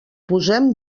posem